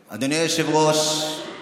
היושב-ראש,